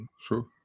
sure